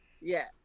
Yes